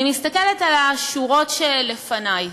אני מסתכלת על השורות שלפני,